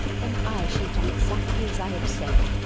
then i shall do exactly as i have said.